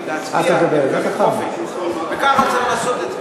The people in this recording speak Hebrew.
וככה צריך לעשות את זה.